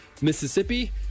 Mississippi